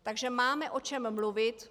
Takže máme o čem mluvit.